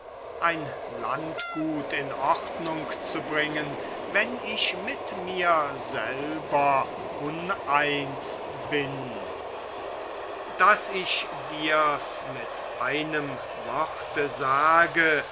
ein landgut in ordnung zu bringen wenn ich mit mir selber uneins bin daß ich dir's mit einem worte sage